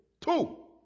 Two